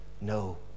No